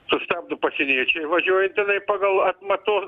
sustabdo pasieniečiai važiuojant tenai pagal atmatos